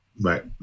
right